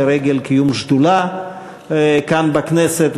לרגל קיום שדולה כאן בכנסת,